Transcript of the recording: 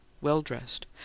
well-dressed